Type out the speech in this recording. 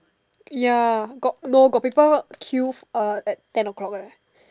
ya got no got people queue uh at ten o'clock eh